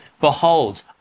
behold